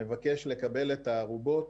נבקש לקבל את הערובות